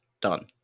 Done